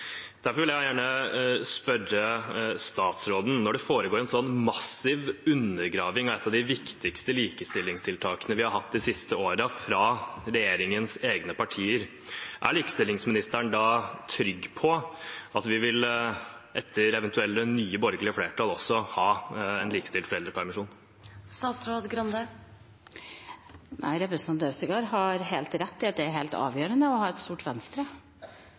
Derfor vil jeg gjerne spørre statsråden: Når det foregår en sånn massiv undergraving av et av de viktigste likestillingstiltakene vi har hatt de siste årene, fra regjeringens egne partier, er likestillingsministeren da trygg på at vi etter eventuelle nye borgerlige flertall også vil ha likestilt foreldrepermisjon? Representanten Øvstegård har helt rett i at det er helt avgjørende å ha et stort Venstre